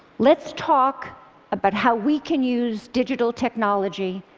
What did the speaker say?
let's talk about how we can use digital technology,